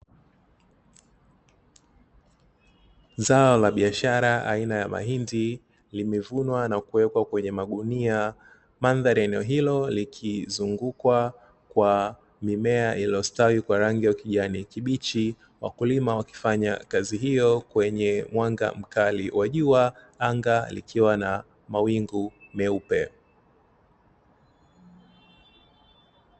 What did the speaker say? Zao la biashara aina ya mahindi limevunwa na kuwekwa kwenye magunia, madhari eneo hilo likizungukwa kwa mimea iliyostawi kwa rangi ya kijani kibichi, wakulima wakifanya kazi hiyo kwenye mwanga mkali wa jua anga likiwa na mawingu meupe.